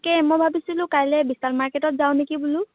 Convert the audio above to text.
মই ভাবিছিলোঁ কাইলে বিশাল মাৰ্কেটত যাওঁ নেকি বোলো